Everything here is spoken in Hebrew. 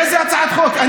איזו הצעת חוק?